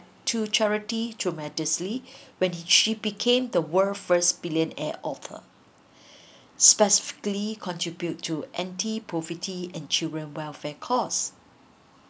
to charity tremendously when she became the world first billionaire author specifically contribute to anti poverty and children's welfare costs